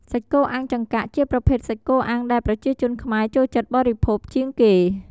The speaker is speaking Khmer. សាច់់គោអាំងចង្កាក់ជាប្រភេទសាច់គោអាំងដែលប្រជាជនខ្មែរចូលចិត្តបរិភោគជាងគេ។